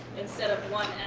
instead of one